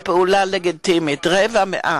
רבע מאה,